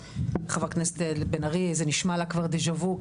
חברת הכנסת בן ארי זה נשמע לה דה ז'ה וו,